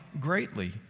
greatly